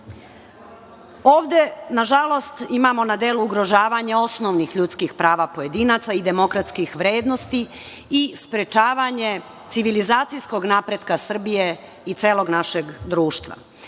nažalost, imamo na delu ugrožavanje osnovnih ljudskih prava pojedinaca i demokratskih vrednosti i sprečavanje civilizacijskog napretka Srbije i celog našeg društva.